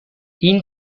این